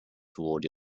toward